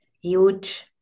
huge